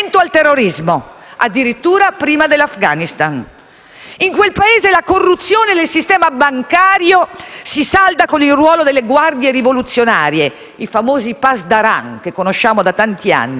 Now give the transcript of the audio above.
In quel Paese la corruzione del sistema bancario si salda con il ruolo delle guardie rivoluzionarie, i famosi *pasdaran*, che conosciamo da tanti anni, presenti nel sistema bancario e finanziario di quel Paese.